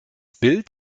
bild